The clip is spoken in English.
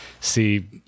see